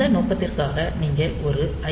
அந்த நோக்கத்திற்காக நீங்கள் ஒரு ஐ